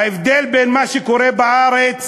ההבדל בין מה שקורה בארץ